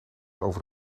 over